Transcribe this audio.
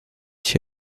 się